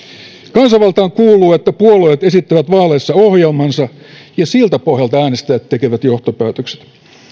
kansanvaltaan kuuluu että puolueet esittävät vaaleissa ohjelmansa ja siltä pohjalta äänestäjät tekevät johtopäätöksensä